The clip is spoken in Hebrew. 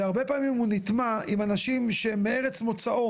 והרבה פעמים הוא נטמע עם אנשי שמארץ מוצאו